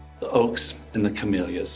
the oaks and the camellias